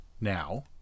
now